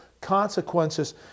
consequences